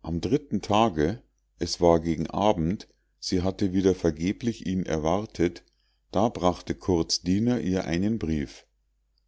am dritten tage es war gegen abend sie hatte wieder vergeblich ihn erwartet da brachte curts diener ihr einen brief